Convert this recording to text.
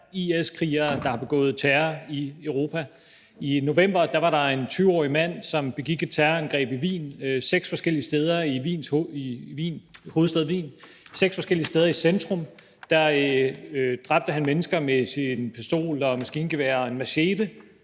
IS-krigere, der har begået terror i Europa. I november var der en 20-årig mand, som begik et terrorangreb i Wien. Seks forskellige steder i centrum dræbte han mennesker med pistol, maskingevær og machete.